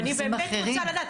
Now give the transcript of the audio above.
ואני באמת רוצה לדעת.